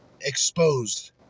Exposed